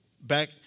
Back